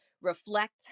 reflect